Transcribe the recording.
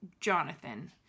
Jonathan